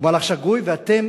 הוא מהלך שגוי, ואתם